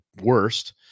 worst